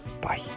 Bye